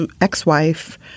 ex-wife